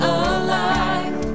alive